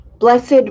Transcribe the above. Blessed